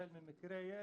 גם ממקרי ירי.